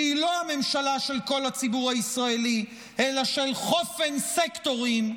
שהיא לא הממשלה של כל הציבור הישראלי אלא של חופן סקטורים,